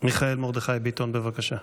מיכאל מרדכי ביטון, בבקשה.